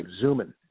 Zooming